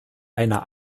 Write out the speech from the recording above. einer